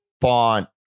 font